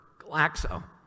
Glaxo